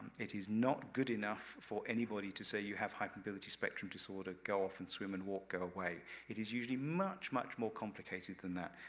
it is not good enough for anybody to say you have hypermobility spectrum disorder, go off and swim and walk, go away. it is usually much, much more complicated than that,